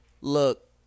Look